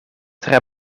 tre